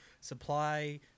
supply